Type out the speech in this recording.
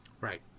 Right